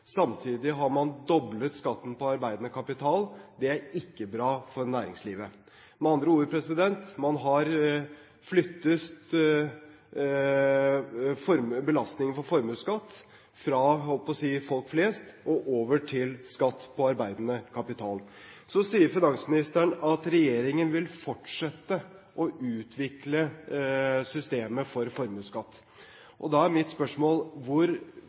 Samtidig har man doblet skatten på arbeidende kapital – det er ikke bra for næringslivet. Med andre ord: Man har flyttet belastningen for formuesskatt fra – jeg holdt på å si – folk flest og over til skatt på arbeidende kapital. Så sier finansministeren at regjeringen vil fortsette å utvikle systemet for formuesskatt. Da er mitt spørsmål: Hvor